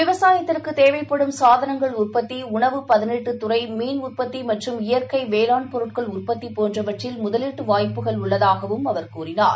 விவசாயத்திற்குத் தேவைப்படும் சாதனங்கள் உற்பத்திஉணவு பதனீடுதுறைமீன் உற்பத்திமற்றும் இயற்கைவேளாண் பொருட்கள் உற்பத்திபோன்றவற்றில் முதலீடுவாய்ப்புகள் உள்ளதாகவும் கூறினார்